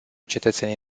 cetățenii